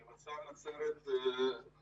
מצב נצרת לא